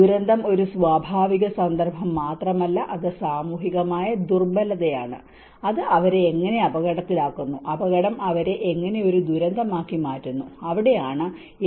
ദുരന്തം ഒരു സ്വാഭാവിക സന്ദർഭം മാത്രമല്ല അത് സാമൂഹികമായ ദുർബ്ബലതയാണ് അത് അവരെ എങ്ങനെ അപകടത്തിലാക്കുന്നു അപകടം അവരെ എങ്ങനെ ഒരു ദുരന്തമാക്കി മാറ്റുന്നു അവിടെയാണ് HVR